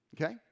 Okay